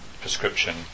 prescription